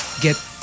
get